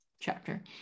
chapter